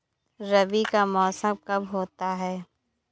रबी का मौसम कब होता हैं?